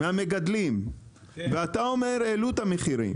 מהמגדלים, ואתה אומר שהעלו את המחירים.